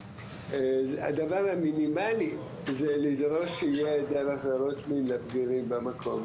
הדבר המינימלי זה לדרוש שיהיה היעדר עבירות מין לבגירים במקום,